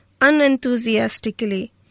unenthusiastically